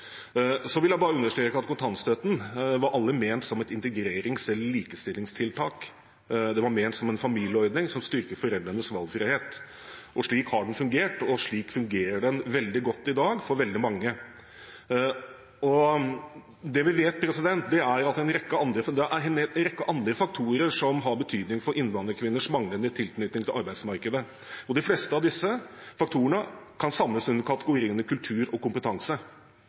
Så vil jeg bare understreke at kontantstøtten aldri var ment som et integrerings- eller likestillingstiltak. Den var ment som en familieordning som styrker foreldrenes valgfrihet. Slik har den fungert, og slik fungerer den veldig godt for veldig mange i dag. Det vi vet, er at det er en rekke andre faktorer som har betydning for innvandrerkvinners manglende tilknytning til arbeidsmarkedet. De fleste av disse faktorene kan samles under kategoriene «kultur» og